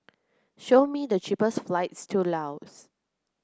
show me the cheapest flights to Laos